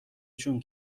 جون